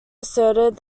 asserted